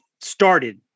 started